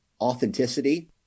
authenticity